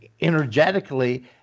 energetically